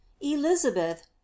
elizabeth